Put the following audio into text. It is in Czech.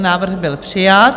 Návrh byl přijat.